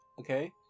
Okay